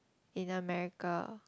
in America